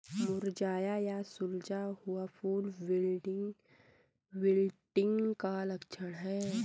मुरझाया या झुलसा हुआ फूल विल्टिंग का लक्षण है